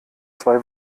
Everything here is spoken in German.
zwei